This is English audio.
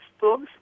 books